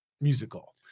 musical